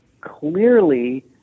clearly